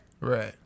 Right